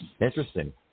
Interesting